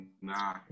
Nah